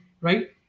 right